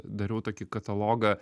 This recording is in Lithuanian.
dariau tokį katalogą